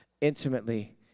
intimately